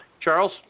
Charles